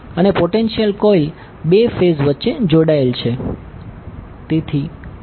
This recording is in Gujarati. અને પોટેન્શિયલ કોઇલ બે ફેઝ વચ્ચે જોડાયેલ છે